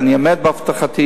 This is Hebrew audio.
ואני עומד בהבטחתי,